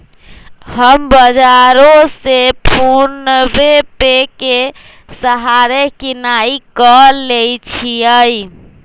हम बजारो से फोनेपे के सहारे किनाई क लेईछियइ